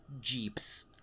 jeeps